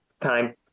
time